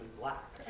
black